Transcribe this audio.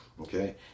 Okay